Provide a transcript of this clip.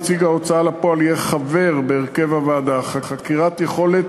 נציג ההוצאה לפועל יהיה חבר בוועדה וחקירת יכולת